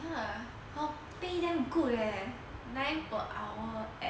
!wah! her pay damn good eh nine per hour and